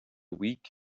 week